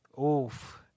Oof